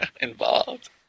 involved